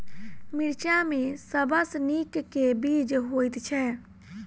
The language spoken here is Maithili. मिर्चा मे सबसँ नीक केँ बीज होइत छै?